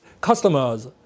Customers